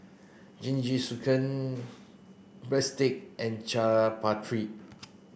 Jingisukan Breadstick and Chaat Papri